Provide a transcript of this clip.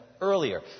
earlier